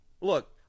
look